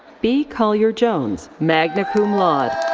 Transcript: b collier. jones, magna cum laude.